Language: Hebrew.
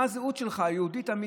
מה הזהות שלך, היהודית האמיתית?